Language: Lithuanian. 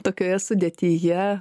tokioje sudėtyje